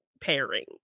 pairing